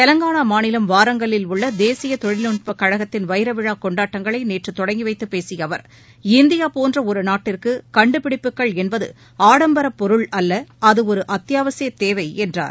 தெலங்கானா மாநிலம் வாரங்கல்லில் உள்ள தேசிய தொழில்நட்பக் கழகத்தின் வைரவிழா கொண்டாட்டங்களை நேற்று தொடங்கி வைத்துப் பேசிய அவர் இந்தியா போன்ற ஒரு நாட்டுக்கு கண்டுபிடிப்புகள் என்பது ஆடம்பரப் பொருள் அல்ல அது ஒரு அத்தியாவசிய தேவை என்றார்